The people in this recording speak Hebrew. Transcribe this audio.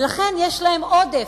ולכן יש להם עודף.